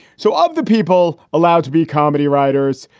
so of the people allowed to be comedy writers,